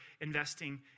investing